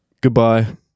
Goodbye